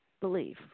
belief